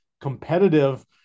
competitive